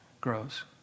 grows